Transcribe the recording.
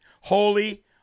holy